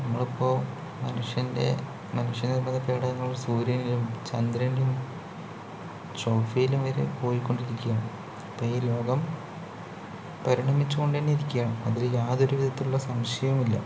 നമ്മളിപ്പോൾ മനുഷ്യൻ്റെ മനുഷ്യനിർമ്മിത പേടകങ്ങളിൽ സൂര്യനിലും ചന്ദ്രനിലും ചൊവ്വയിലും വരെ പോയിക്കൊണ്ടിരിക്കുകയാണ് അപ്പോൾ ഈ ലോകം പരിണമിച്ചുകൊണ്ടുതന്നെ ഇരിക്കുകയാണ് അതിൽ യാതൊരു വിധത്തിലുള്ള സംശയവും ഇല്ല